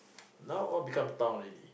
now all become town already